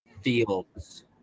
Fields